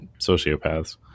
Sociopaths